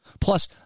Plus